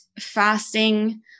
fasting